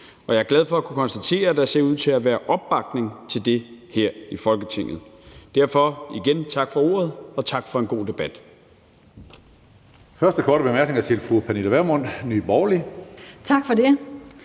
og jeg er glad for at kunne konstatere, at der ser ud til at være opbakning til det her i Folketinget. Derfor vil jeg igen sige tak for ordet og tak for en god debat.